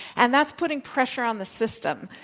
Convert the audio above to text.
and that's putting pressure on the system.